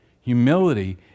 Humility